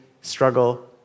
struggle